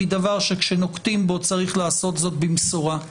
היא דבר שכשנוקטים אותו צריך לעשות זאת במשורה.